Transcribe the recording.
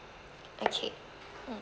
okay mm